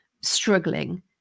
struggling